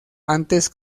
antes